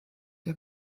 der